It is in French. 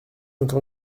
encore